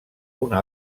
una